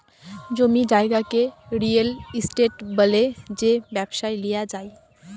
জমি জায়গাকে real estate ব্যলে যেট ব্যবসায় লিয়া যায়